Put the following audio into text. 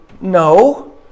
No